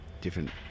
different